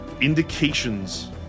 indications